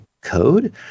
code